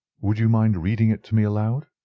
would you mind reading it to me aloud?